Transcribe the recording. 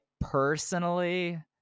personally